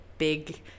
big